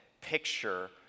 picture